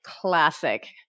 classic